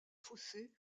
fossé